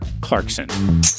Clarkson